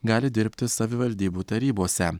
gali dirbti savivaldybių tarybose